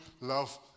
love